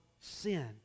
sin